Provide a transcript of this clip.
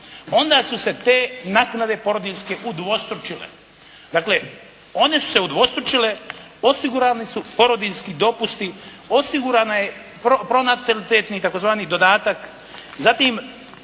Onda su se te naknade porodiljske udvostručile. Dakle one su se udvostručile, osigurani su porodiljski dopusti, osigurana je pronatalitetni tzv. dodatak, zatim